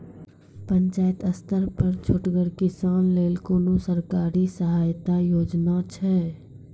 पंचायत स्तर पर छोटगर किसानक लेल कुनू सरकारी सहायता योजना छै?